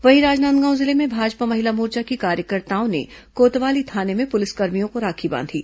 वहीं राजनांदगांव जिले में भाजपा महिला मोर्चा की कार्यकर्ताओं ने कोतवाली थाने में पुलिसकर्मियों को राखी बांधी